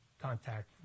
contact